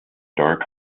dark